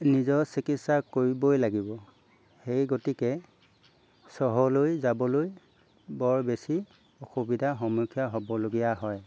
নিজৰ চিকিৎসা কৰিবই লাগিব সেই গতিকে চহৰলৈ যাবলৈ বৰ বেছি অসুবিধাৰ সন্মুখীয়া হ'বলগীয়া হয়